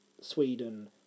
Sweden